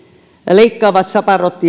leikkaavat saparot